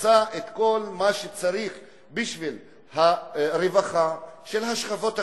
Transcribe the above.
עושה את כל מה שצריך בשביל הרווחה של השכבות החלשות,